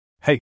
Hey